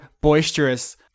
boisterous